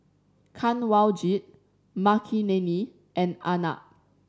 Kanwaljit Makineni and Arnab